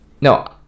no